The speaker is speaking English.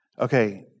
okay